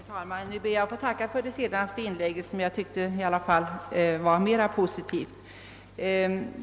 Herr talman! Jag ber att få tacka för det senaste inlägget, som jag tyckte i alla fall var mera positivt än det tidigare.